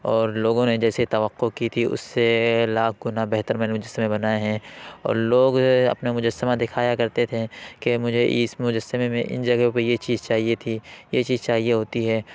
اور لوگوں نے جیسی توقع کی تھی اس سے لاکھ گنا بہتر میں نے مجسمے بنائے ہیں اور لوگ اپنا مجسمہ دکھایا کرتے تھے کہ مجھے اس مجسمے میں ان جگہ کو یہ چیز چاہیے تھی یہ چیز چاہیے ہوتی ہے